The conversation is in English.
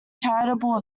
charitable